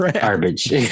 Garbage